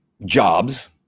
jobs